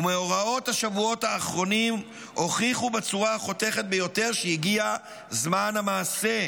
ומאורעות השבועות האחרונים הוכיחו בצורה החותכת ביותר שהגיע זמן המעשה,